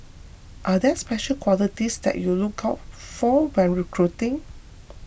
are there special qualities that you look out for when recruiting